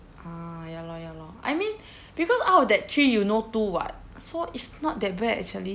ah ya lor ya lor I mean because out of that three you know two [what] so it's not that bad actually